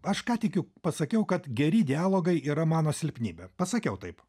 aš ką tik jau pasakiau kad geri dialogai yra mano silpnybė pasakiau taip